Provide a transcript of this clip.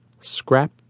Scrap